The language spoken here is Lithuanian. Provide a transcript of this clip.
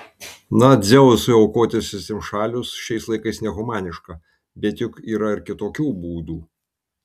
na dzeusui aukoti svetimšalius šiais laikais nehumaniška bet juk yra ir kitokių būdų